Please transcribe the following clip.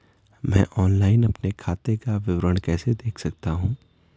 मैं ऑनलाइन अपने खाते का विवरण कैसे देख सकता हूँ?